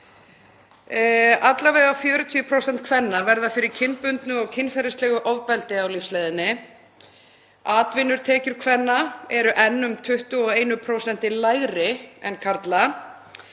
kosti 40% kvenna verða fyrir kynbundnu og kynferðislegu ofbeldi á lífsleiðinni. Atvinnutekjur kvenna eru enn um 21% lægri en karla.